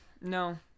no